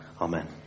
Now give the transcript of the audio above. Amen